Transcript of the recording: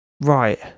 right